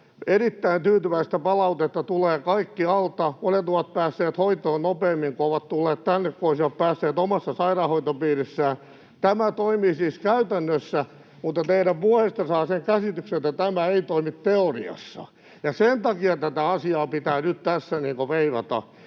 Erittäin tyytyväistä palautetta tulee kaikkialta. Monet ovat päässeet hoitoon nopeammin, kun ovat tulleet sinne, kuin olisivat päässeet omassa sairaanhoitopiirissään. Tämä toimii siis käytännössä, mutta teidän puheistanne saa sen käsityksen, että tämä ei toimi teoriassa, ja sen takia tätä asiaa pitää nyt tässä veivata.